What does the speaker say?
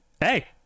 Hey